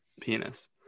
penis